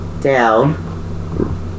Down